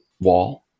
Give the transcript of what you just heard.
wall